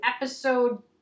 episode